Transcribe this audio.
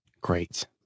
Great